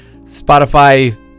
Spotify